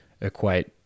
equate